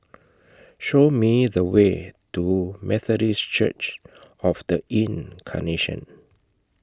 Show Me The Way to Methodist Church of The Incarnation